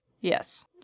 Yes